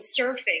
Surfing